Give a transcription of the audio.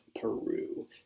peru